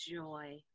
joy